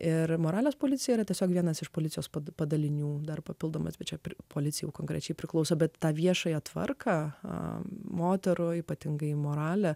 ir moralės policija yra tiesiog vienas iš policijos padalinių dar papildomai kviečia policiją konkrečiai priklauso bet tą viešąją tvarką moterų ypatingai moralę